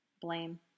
Blame